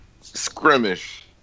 scrimmage